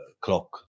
clock